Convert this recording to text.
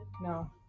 No